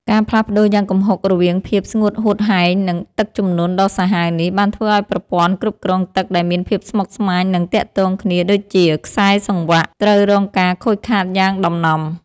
ការផ្លាស់ប្តូរយ៉ាងគំហុករវាងភាពស្ងួតហួតហែង និងទឹកជំនន់ដ៏សាហាវនេះ បានធ្វើឱ្យប្រព័ន្ធគ្រប់គ្រងទឹកដែលមានភាពស្មុគស្មាញ និងទាក់ទងគ្នាដូចជាខ្សែសង្វាក់ ត្រូវរងការខូចខាតយ៉ាងដំណំ។